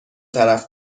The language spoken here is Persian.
طرف